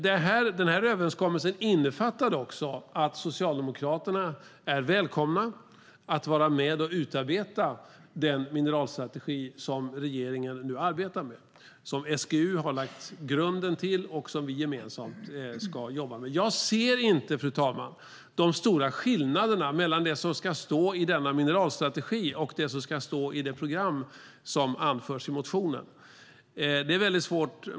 Den här överenskommelsen innefattade också att Socialdemokraterna är välkomna att vara med och utarbeta den mineralstrategi som regeringen nu arbetar med, som SGU har lagt grunden till och som vi gemensamt ska jobba med. Fru talman! Jag ser inte de stora skillnaderna mellan det som ska stå i denna mineralstrategi och det som ska stå i det program som anförs i motionen.